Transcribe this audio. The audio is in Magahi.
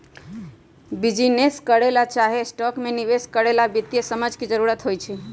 बिजीनेस करे ला चाहे स्टॉक में निवेश करे ला वित्तीय समझ के जरूरत होई छई